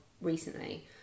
recently